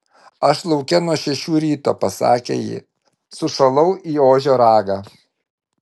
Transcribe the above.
aš lauke nuo šešių ryto pasakė ji sušalau į ožio ragą